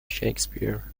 shakespeare